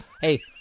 Hey